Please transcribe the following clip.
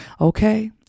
okay